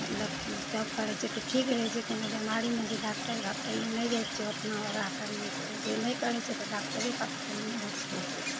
मतलब की सब करै छै तऽ ठीक रहै छै कोनो बीमारी नहि होइ छै डॉक्टर फक्टर लोग नहि जाइ छै ओतेक योग करबा सऽ जे नहि करै छै तऽ डॉक्टरे फाक्टर लग जाइत रहै छै